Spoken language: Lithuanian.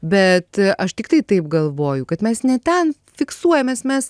bet aš tiktai taip galvoju kad mes ne ten fiksuojamės mes